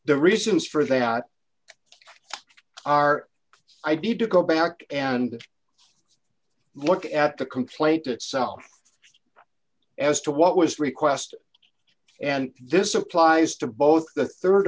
the reasons for that are id to go back and look at the complaint itself as to what was requested and this applies to both the